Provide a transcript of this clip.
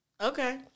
Okay